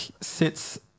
sits